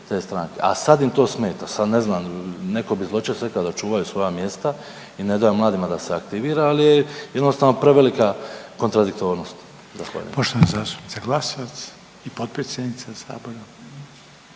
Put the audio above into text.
te stranke, a sad im to smeta. Sad ne znam, netko bi zločest rekao da čuvaju svoja mjesta i ne daju mladima da se aktivira ali je jednostavno prevelika kontradiktornost. Zahvaljujem. **Reiner, Željko